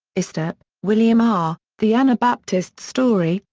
estep, william r, the anabaptist story,